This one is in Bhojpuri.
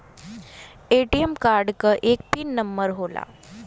ए.टी.एम कार्ड क एक पिन नम्बर होला